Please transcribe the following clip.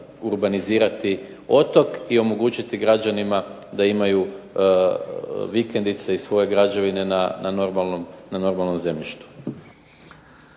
urbanizirati otok i omogućiti građanima da imaju vikendice i svoje građevine na normalnom zemljištu.